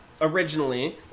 originally